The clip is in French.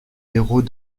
héros